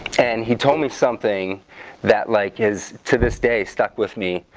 and he told me something that like his to this day stuck with me,